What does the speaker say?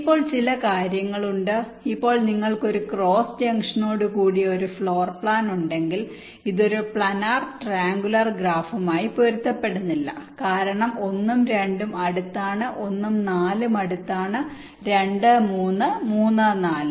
ഇപ്പോൾ ചില കാര്യങ്ങൾ ഉണ്ട് ഇപ്പോൾ നിങ്ങൾക്ക് ഒരു ക്രോസ് ജംഗ്ഷനോടുകൂടിയ ഒരു ഫ്ലോർ പ്ലാൻ ഉണ്ടെങ്കിൽ ഇത് ഒരു പ്ലാനർ ട്രൈഅംഗുലർ ഗ്രാഫുമായി പൊരുത്തപ്പെടുന്നില്ല കാരണം 1 ഉം 2 ഉം അടുത്താണ് 1 ഉം 4 ഉം അടുത്താണ് 2 3 3 4